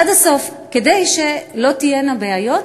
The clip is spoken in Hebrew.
עד הסוף, כדי שלא תהיינה בעיות.